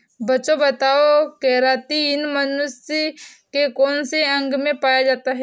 बच्चों बताओ केरातिन मनुष्य के कौन से अंग में पाया जाता है?